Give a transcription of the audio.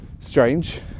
strange